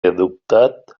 adoptat